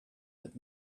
that